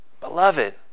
beloved